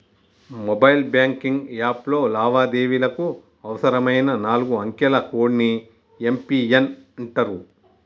mobile banking యాప్లో లావాదేవీలకు అవసరమైన నాలుగు అంకెల కోడ్ ని యం.పి.ఎన్ అంటరు